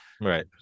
right